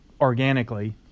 organically